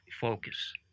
focus